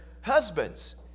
husbands